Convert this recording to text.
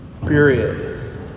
Period